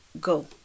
go